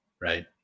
right